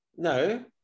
No